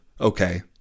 okay